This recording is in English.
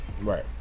Right